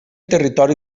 territori